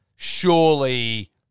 surely